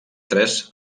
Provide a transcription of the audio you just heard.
tres